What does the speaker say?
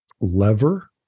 lever